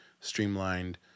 streamlined